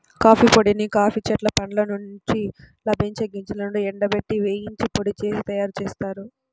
coffee పొడిని coffee చెట్ల పండ్ల నుండి లభించే గింజలను ఎండబెట్టి, వేయించి పొడి చేసి తయ్యారుజేత్తారు